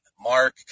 Mark